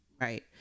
Right